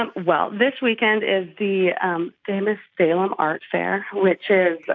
um well, this weekend is the um famous salem art fair, which is